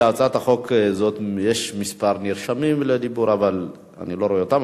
בהצעת חוק זאת יש כמה נרשמים לדיבור אבל אני לא רואה אותם.